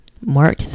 Mark